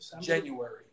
January